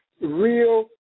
Real